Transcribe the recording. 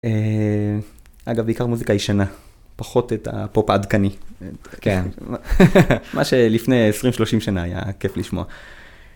אגב, בעיקר מוזיקה ישנה, פחות את הפופ- העדכני, מה שלפני 20-30 שנה היה כיף לשמוע.